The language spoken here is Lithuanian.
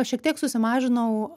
aš šiek tiek susimažinau